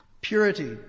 Purity